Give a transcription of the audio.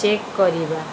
check କରିବା